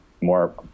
More